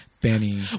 Benny